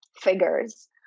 figures